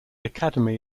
academy